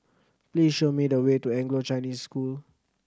please show me the way to Anglo Chinese School